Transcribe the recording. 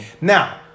Now